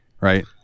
right